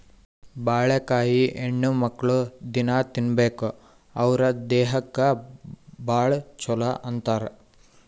ಬಾಳಿಕಾಯಿ ಹೆಣ್ಣುಮಕ್ಕ್ಳು ದಿನ್ನಾ ತಿನ್ಬೇಕ್ ಅವ್ರ್ ದೇಹಕ್ಕ್ ಭಾಳ್ ಛಲೋ ಅಂತಾರ್